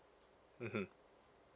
mmhmm